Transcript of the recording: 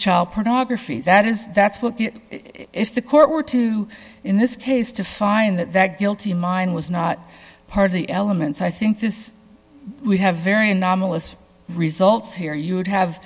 child pornography that is that's what if the court were to in this case to find that guilty mind was not part of the elements i think this we have very anomalous results here you would have